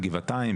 גבעתיים,